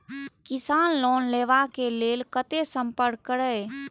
किसान लोन लेवा के लेल कते संपर्क करें?